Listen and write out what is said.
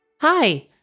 Hi